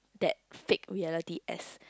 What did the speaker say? that fact reality as